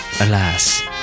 alas